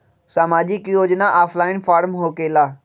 समाजिक योजना offline form होकेला?